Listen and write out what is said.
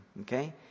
okay